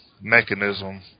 mechanism